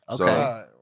Okay